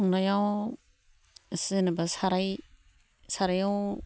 संनायाव जेनेबा साराय सारायाव